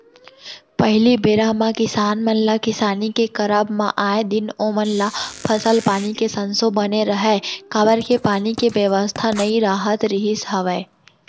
पहिली बेरा म किसान मन ल किसानी के करब म आए दिन ओमन ल फसल पानी के संसो बने रहय काबर के पानी के बेवस्था नइ राहत रिहिस हवय